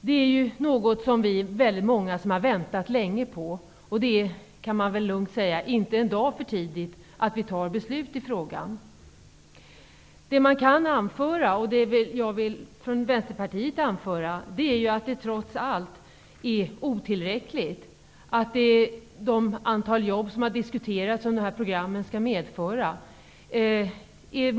Vi är många som har väntat länge på det. Det är, kan man lugnt säga, inte en dag för tidigt att vi fattar beslut i frågan. Det jag som representant för Vänsterpartiet vill anföra är att det trots allt är otillräckligt med det antal jobb som diskuterats och som de här programmen skall medföra.